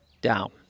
Down